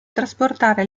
trasportare